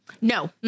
No